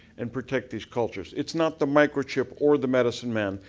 and protect these cultures. it's not the microchip or the medicine man.